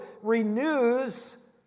renews